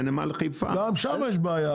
בנמל חיפה -- גם שם יש בעיה,